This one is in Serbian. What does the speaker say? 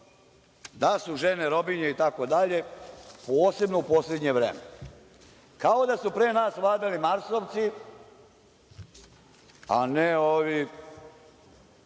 da su žene robinje itd. posebno u poslednje vreme, kao da su pre nas vladali marsovci, a ne ovi,